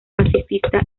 pacifista